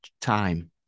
time